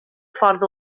ffordd